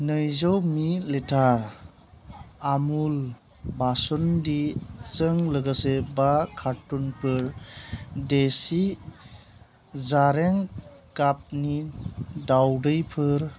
नैजौ millilitre आमुल बासुन्दिजों लोगोसे बा कारट'नफोर देसि जारें गाबनि दावदैफोर